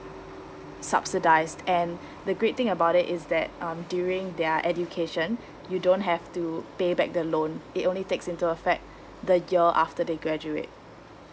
subsidised and the great thing about it is that um during their education you don't have to pay back the loan it only takes into a fact the year after they graduate